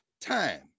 Time